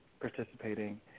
participating